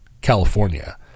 California